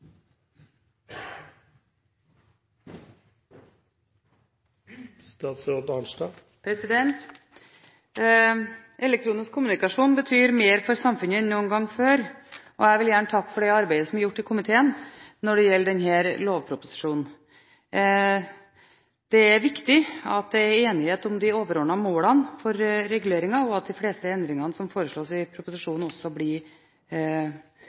Elektronisk kommunikasjon betyr mer for samfunnet enn noen gang før. Jeg vil gjerne takke for det arbeidet som er gjort i komiteen når det gjelder denne lovproposisjonen. Det er viktig at det er enighet om de overordnede målene for reguleringen, og også at det er enstemmighet om de fleste endringene som foreslås i